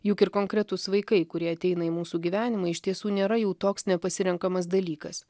juk ir konkretūs vaikai kurie ateina į mūsų gyvenimą iš tiesų nėra jau toks nepasirenkamas dalykas